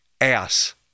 ass